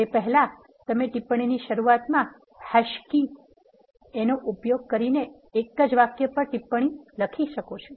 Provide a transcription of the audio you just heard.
તે પહેલાં તમે ટિપ્પણીની શરૂઆતમાં હેશ કીનો ઉપયોગ કરીને એક જ વાક્ય પર ટિપ્પણી કરી શકો છો